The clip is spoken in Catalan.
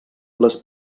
les